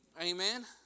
Amen